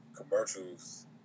Commercials